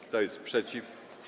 Kto jest przeciw?